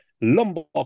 Lombok